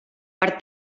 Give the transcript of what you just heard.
per